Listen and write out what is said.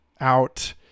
out